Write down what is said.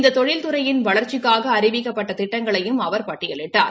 இந்த தொழில் துறையின் வளர்ச்சிக்காக அறிவிக்கப்பட்ட திட்டங்களையும் அவர் பட்டியலிட்டார்